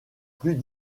plus